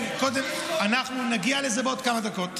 אנחנו נגיע לזה בעוד כמה דקות.